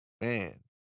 Man